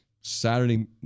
Saturday